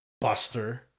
Buster